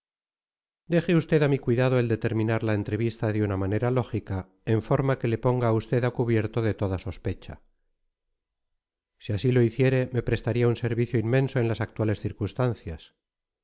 incendiadas deje usted a mi cuidado el determinar la entrevista de una manera lógica en forma que le ponga a usted a cubierto de toda sospecha si así lo hiciere me prestaría un servicio inmenso en las actuales circunstancias